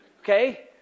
Okay